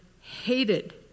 hated